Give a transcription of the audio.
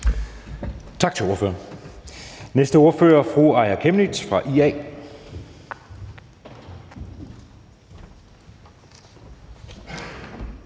Tak til ordføreren. Næste ordfører er fru Aaja Chemnitz fra IA.